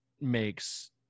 makes